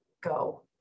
go